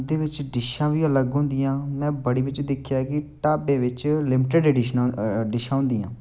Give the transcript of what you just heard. उं'दे बिच्च डिशां बी अलग होंदियां मैं बड़ी बिच्च दिक्खेआ कि ढाबे बिच्च लिमिटेड डिशना डिशां होंदियां